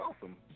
awesome